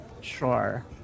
sure